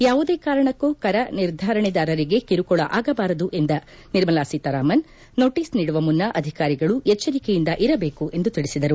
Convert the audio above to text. ಯಾವುದೇ ಕಾರಣಕ್ಕೂ ಕರ ನಿರ್ಧರಣೆದಾರರಿಗೆ ಕಿರುಕುಳ ಆಗಬಾರದು ಎಂದ ನಿರ್ಮಲಾ ಸೀತಾರಾಮನ್ ನೋಟಿಸ್ ನೀಡುವ ಮುನ್ನ ಅಧಿಕಾರಿಗಳು ಎಚ್ವರಿಕೆಯಿಂದ ಇರಬೇಕು ಎಂದು ತಿಳಿಸಿದರು